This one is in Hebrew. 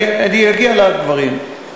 אני אגיע לדברים,